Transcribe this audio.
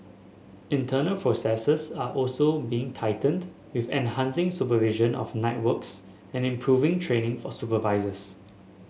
internal processes are also being tightened with enhancing supervision of night works and improving training for supervisors